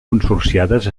consorciades